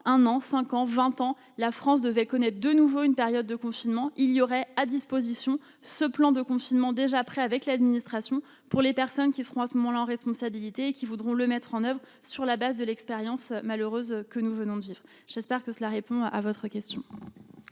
un an, 5 ans 20 ans la France devait connaître de nouveau une période de confinement, il y aurait à disposition ce plan de confinement déjà prêt avec l'administration pour les personnes qui seront à ce moment-là, en responsabilité, qui voudront le mettre en oeuvre sur la base de l'expérience malheureuse que nous venons de vivre, j'espère que cela répond à votre question.